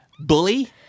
Bully